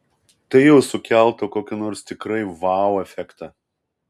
tai jau sukeltų kokį nors tikrai vau efektą